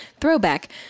throwback